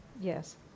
Yes